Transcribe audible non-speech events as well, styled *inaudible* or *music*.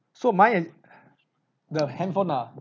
so mine is *breath* the handphone nah